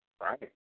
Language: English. right